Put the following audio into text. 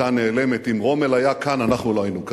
היתה נעלמת, אם רומל היה כאן, אנחנו לא היינו כאן.